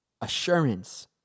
assurance